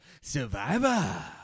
Survivor